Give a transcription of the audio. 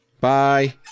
Bye